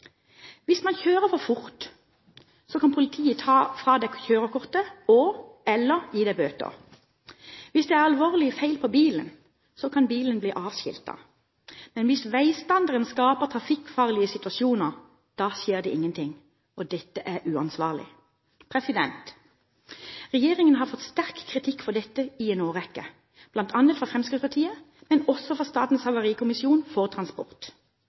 Hvis du kjører for fort, kan politiet ta fra deg førerkortet og/eller gi deg bøter. Hvis det er alvorlige feil på bilen, kan bilen bli avskiltet. Men hvis veistandarden skaper trafikkfarlige situasjoner, skjer det ingenting. Dette er uansvarlig. Regjeringen har fått sterk kritikk for dette i en årrekke, bl.a. fra Fremskrittspartiet, men også fra Statens havarikommisjon for transport.